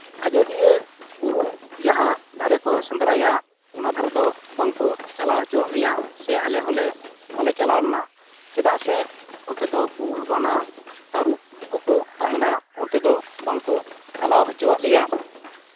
ᱟᱡᱳᱫᱤᱭᱟᱹ ᱵᱩᱨᱩ ᱡᱟᱦᱟᱸ ᱫᱷᱟᱨᱮ ᱠᱚ ᱥᱮᱸᱫᱽᱨᱟᱭᱟ ᱚᱱᱟ ᱫᱷᱟᱨᱮ ᱫᱚ ᱵᱟᱝᱠᱚ ᱪᱟᱞᱟᱣ ᱦᱚᱪᱚᱣᱟᱜ ᱞᱮᱭᱟ ᱥᱮ ᱟᱞᱮ ᱦᱚᱸᱞᱮ ᱵᱟᱝᱞᱮ ᱪᱟᱞᱟᱣ ᱞᱮᱱᱟ ᱪᱮᱫᱟᱜ ᱥᱮ ᱚᱱᱛᱮ ᱫᱚ ᱠᱩᱞ ᱵᱟᱱᱟ ᱛᱟᱹᱨᱩᱵ ᱠᱚᱠᱚ ᱛᱟᱦᱮᱱᱟ ᱚᱱᱛᱮ ᱫᱚ ᱵᱟᱝᱠᱚ ᱪᱟᱞᱟᱣ ᱦᱚᱪᱚᱣᱟᱜ ᱞᱮᱭᱟ